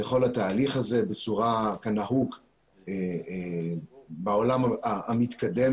לכל התהליך הזה כפי שנהוג בעולם המתקדם.